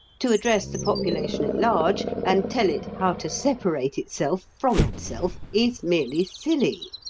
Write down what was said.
to address the population at large, and tell it how to separate itself from itself, is merely silly.